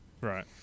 Right